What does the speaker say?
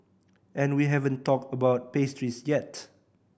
and we haven't talked about pastries yet